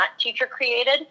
teacher-created